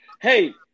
hey